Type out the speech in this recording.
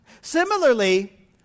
Similarly